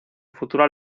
futura